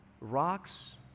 rocks